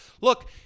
look